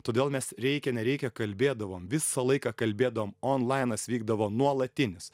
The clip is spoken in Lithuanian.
todėl mes reikia nereikia kalbėdavom visą laiką kalbėdavom onlainas vykdavo nuolatinis